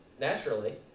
naturally